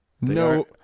No